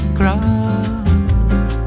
crossed